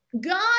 God